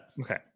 okay